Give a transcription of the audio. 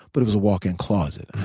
but it was a walk-in closet.